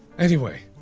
anyway,